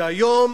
שהיום